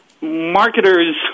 marketers